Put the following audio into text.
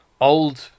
old